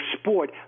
sport –